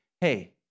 hey